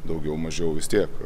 daugiau mažiau vis tiek